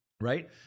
right